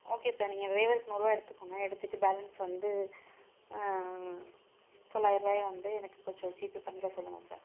okay sir நீங்கள் டிரைவருக்கு நூறுவாய் எடுத்துக்கோங்க எடுத்துவிட்டு பேலன்ஸ் வந்து தொள்ளாயிர ரூபாய வந்து எனக்கு கொஞ்சம் ஜீபே பண்ணிவிட சொல்லுங்க சார்